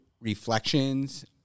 reflections